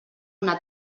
una